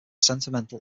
sentimental